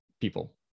people